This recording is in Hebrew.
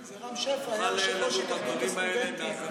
זה רם שפע, הוא היה יושב-ראש התאחדות הסטודנטים.